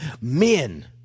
Men